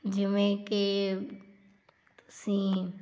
ਜਿਵੇਂ ਕਿ ਸੇ